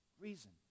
reason